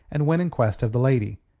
and went in quest of the lady.